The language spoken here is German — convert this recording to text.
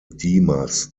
dimas